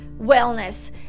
wellness